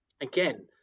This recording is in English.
again